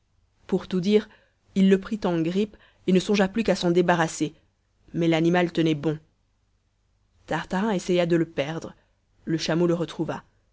pour tout dire il le prit en grippe et ne songea plus qu'à s'en débarrasser mais l'animal tenait bon tartarin essaya de le perdre le chameau le retrouva